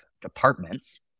departments